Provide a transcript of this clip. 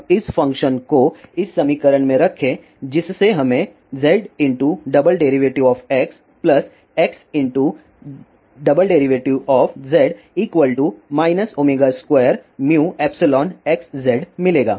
अब इस फ़ंक्शन को इस समीकरण में रखें जिससे हमें ZX XZ 2μϵXZ मिलेगा